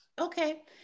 Okay